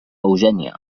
eugènia